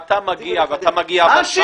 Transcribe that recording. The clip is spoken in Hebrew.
לא, אבל דיברו פה --- אז מה?